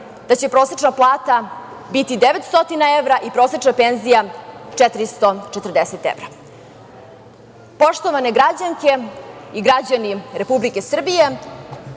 da će prosečna plata biti 900 evra i prosečna penzija 440 evra. Poštovane građanke i građani Republike Srbije,